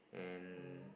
and